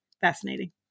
fascinating